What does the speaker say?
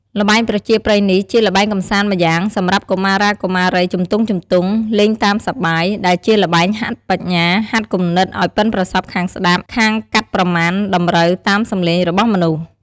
ល្បែងប្រជាប្រិយនេះ ជាល្បែងកម្សាន្តម្យ៉ាង សម្រាប់កុមារាកុមារីជំទង់ៗ លេងតាមសប្បាយ ដែលជាល្បែងហាត់បញ្ញា ហាត់គំនិតឱ្យប៉ិនប្រសប់ខាងស្តាប់ ខាងកាត់ប្រមាណតម្រូវតាមសំឡេងរបស់មនុស្ស។